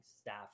staff